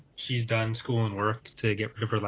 she's done school and work to get rid of her left,